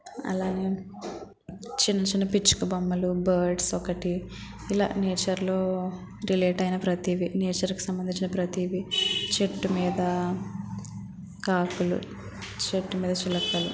అలానే చిన్నచిన్న పిచ్చుక బొమ్మలు బర్డ్స్ ఒకటి ఇలా నేచర్లో రిలేట్ అయిన ప్రతిదీ నేచర్కు సంబంధించిన ప్రతివి చెట్టు మీద కాకులు చెట్టు మీద చిలక